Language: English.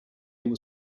were